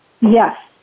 Yes